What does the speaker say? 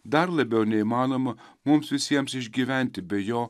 dar labiau neįmanoma mums visiems išgyventi be jo